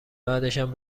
بعدشم